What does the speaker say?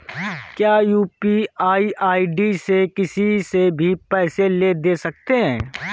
क्या UPI ID से किसी से भी पैसे ले दे सकते हैं?